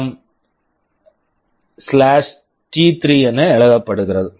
MD3 PWMD3 என்று எழுதப்படுகிறது